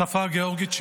השפה הגאורגית,